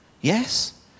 Yes